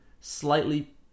slightly